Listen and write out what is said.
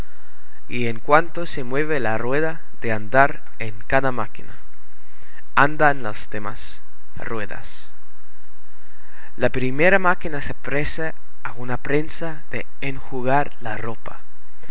y en cuanto se mueve la rueda de andar en cada máquina andan las demás ruedas la primera máquina se parece a una prensa de enjugar la ropa